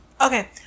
Okay